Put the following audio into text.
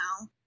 now